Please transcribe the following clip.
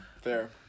Fair